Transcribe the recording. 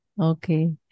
Okay